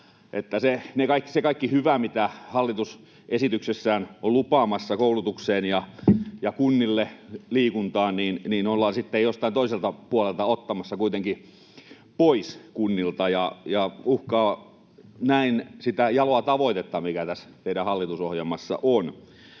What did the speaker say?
se kaikki hyvä, mitä hallitus esityksessään on lupaamassa koulutukseen, kunnille, liikuntaan, ollaan sitten jostain toiselta puolelta ottamassa kuitenkin pois kunnilta, ja se uhkaa näin sitä jaloa tavoitetta, mikä tässä teidän hallitusohjelmassa on.